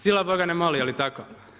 Sila boga ne moli, je li tako?